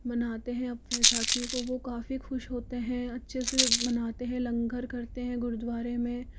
मनाते हैं बैसाखी को वह काफ़ी खुश होते है अच्छे से मनाते हैं लंगर करते है गुरुद्वारे में